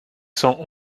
cent